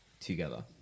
together